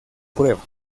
prueba